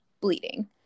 bleeding